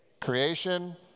Creation